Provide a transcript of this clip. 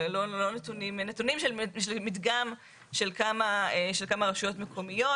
נתונים של מדגם של כמה רשויות מקומיות.